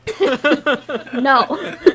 No